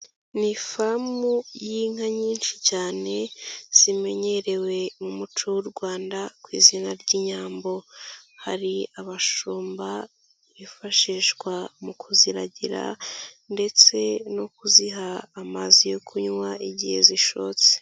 Ni ifamu y'inka nyinshi cyane, zimenyerewe mu muco w'u Rwanda, ku izina ry'Inyambo, hari abashumba bifashishwa mu kuziragira ndetse no kuziha amazi yo kunywa, igihe zishotse.